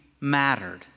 mattered